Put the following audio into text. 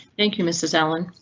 thank you mrs allen,